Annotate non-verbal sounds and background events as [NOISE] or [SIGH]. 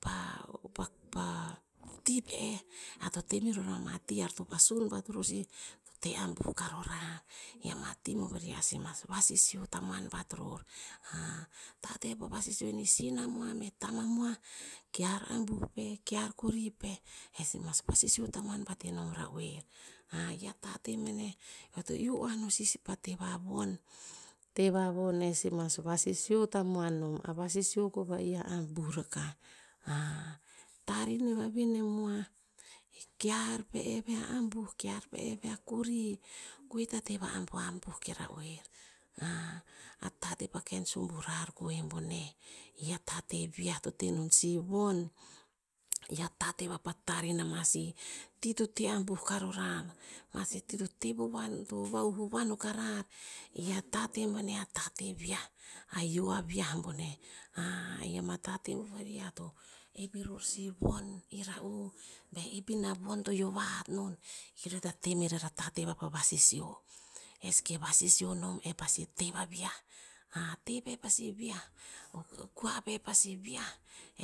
Pa- pa- pah ti pe eh, ear to meroror ama ti ear ear to vasun bat ror sih, to te abuh karorar. I ama ti bovarih ear si mas vasisio tamoan bat ror. [HESITATION] tate vapa vasisio ine sinamoa me tamamah, kear abuh peh, kear kori peh, esi mas vasisio tamoan bat inom ra'oer. [HESITATION] i a tate boneh. Ve eoto iu oah no si, sipa te vavon. Te vavon esimas vasisio tamoan nom, a vasisio kova'ih a abuh rakah. [HESITATION] Tar ine vavine moah, e kear peve a buh, kear peve a kori, goe a tate va abuabuh kera oer, [HESITATION] a tete pa ken suburar koeh boneh, i atate viah to te non si von. I a tate vapa tar in amasi ti to te abuh karorar, amasi to te vovoan, to vahuh vovoan o karar, i a tate boneh a tate viah. A hio aviah boneh, [HESITATION] i ama tate bovarih ear to epiror si von ira'u, be ep ina von to yio vahat non, i ta temerer a tate vapa vasisio. Es ke vasisio nom e pasi te va viah [HESITATION] te pe pasi viah, oh oh kua peh pasi viah,